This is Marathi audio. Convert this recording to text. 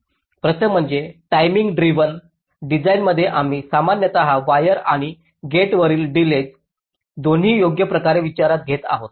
प्रथम म्हणजे टाईमिंग ड्रिव्हन डिझाइनमध्ये आम्ही सामान्यत वायर आणि गेटवरील डिलेज दोन्ही योग्यप्रकारे विचारात घेत आहोत